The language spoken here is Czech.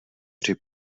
při